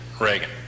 Reagan